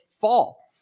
fall